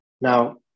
Now